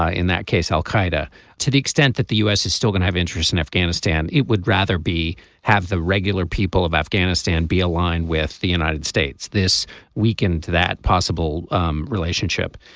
ah in that case al-qaeda to the extent that the u s. is still gonna have interests in afghanistan it would rather be have the regular people of afghanistan be aligned with the united states. this weakened to that possible um relationship.